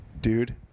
Dude